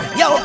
yo